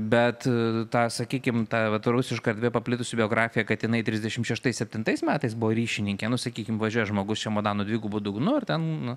bet ta sakykime ta vat rusiškoj erdvėl paplitusi biografija kad jinai trisdešimt šeštais septintais metais buvo ryšininkė nu sakykim važiuoja žmogus čemodanu dvigubu dugnu ir ten